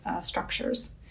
structures